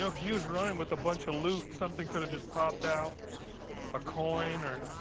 know, if he was running with a bunch of loot, something could've just popped out a coin, or,